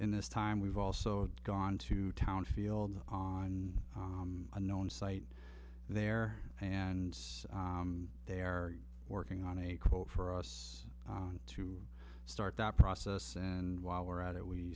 in this time we've also gone to town field on a known site there and they're working on a call for us to start that process and while we're at it we